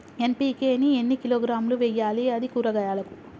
NPK ని ఎన్ని కిలోగ్రాములు వెయ్యాలి? అది కూరగాయలకు?